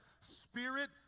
spirit